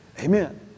Amen